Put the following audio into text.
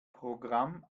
programm